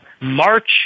march